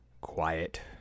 quiet